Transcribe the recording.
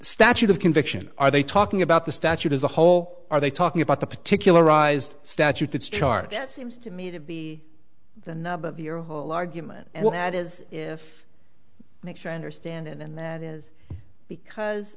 statute of conviction are they talking about the statute as a whole are they talking about the particularized statutes charge that seems to me to be the nub of your whole argument that is if i make sure i understand it and that is because